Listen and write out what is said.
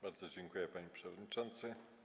Bardzo dziękuję, panie przewodniczący.